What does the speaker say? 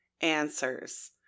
answers